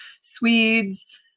Swedes